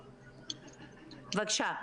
בבקשה.